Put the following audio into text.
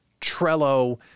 Trello